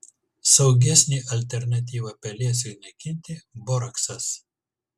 saugesnė alternatyva pelėsiui naikinti boraksas